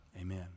Amen